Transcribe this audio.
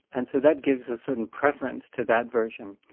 and so that gives a certain preference to that version.